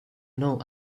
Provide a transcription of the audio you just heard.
know